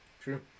True